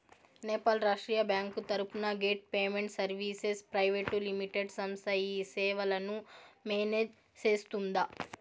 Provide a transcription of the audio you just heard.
Nepal Rashtriya bank తరపున gate payment services private limited సంస్థ ఈ సేవలను మేనేజ్ సేస్తుందా?